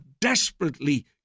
desperately